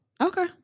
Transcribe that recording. Okay